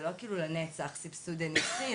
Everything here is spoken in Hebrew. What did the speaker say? זה לא כאילו לנצח סבסוד אינסופי,